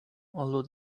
although